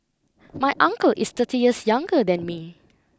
my uncle is thirty years younger than me